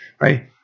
Right